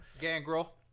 Gangrel